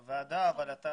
של הוועדה, אבל אתה